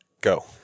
go